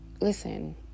listen